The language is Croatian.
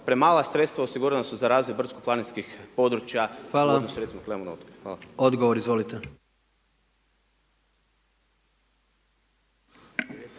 premala sredstva osigurana su za razvoj brdsko planinskih područja, .../Govornik se